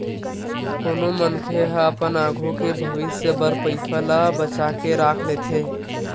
कोनो मनखे ह अपन आघू के भविस्य बर पइसा ल बचा के राख लेथे